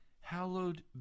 hallowed